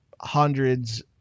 hundreds